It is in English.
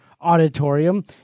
auditorium